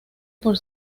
por